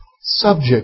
subject